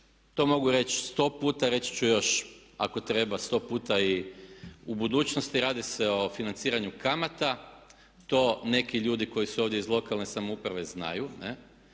to mogu reći 100 puta, reći ću još ako treba 100 puta i u budućnosti radi se o financiranju kamata. To neki ljudi koji su ovdje iz lokalne samouprave znaju